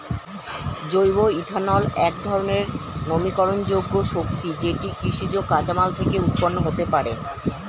জৈব ইথানল একধরণের নবীকরণযোগ্য শক্তি যেটি কৃষিজ কাঁচামাল থেকে উৎপন্ন হতে পারে